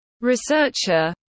researcher